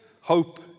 hope